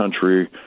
country